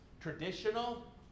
traditional